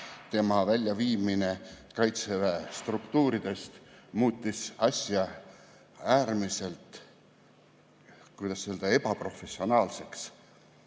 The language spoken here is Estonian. tema väljaviimine Kaitseväe struktuuridest muutis asja äärmiselt, kuidas öelda, ebaprofessionaalseks.